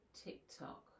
TikTok